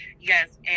yes